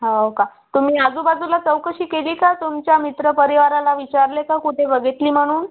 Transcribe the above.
हो का तुम्ही आजूबाजूला चौकशी केली का तुमच्या मित्रपरिवाराला विचारले का कुठे बघितली म्हणून